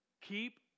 Keep